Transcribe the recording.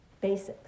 basics